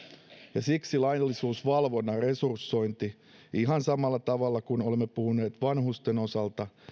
ja siksi laillisuusvalvonnan resursointi ihan samalla tavalla kuin olemme puhuneet vanhusten osalta